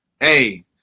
Hey